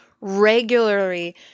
regularly